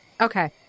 Okay